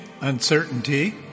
uncertainty